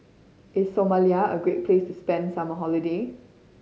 is Somalia a great place to spend the summer holiday